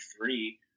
three